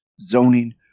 zoning